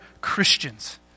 Christians